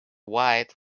white